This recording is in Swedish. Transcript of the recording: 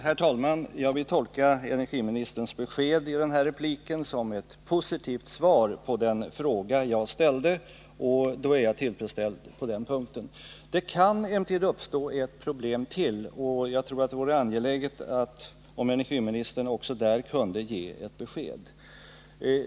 Herr talman! Jag vill tolka energiministerns besked i denna replik som ett positivt svar på den fråga jag ställde, och då är jag tillfredsställd på den punkten. Det kan emellertid uppstå ett problem till, och det är angeläget att energiministern också där kan ge ett besked.